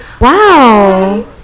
Wow